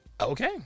Okay